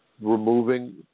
removing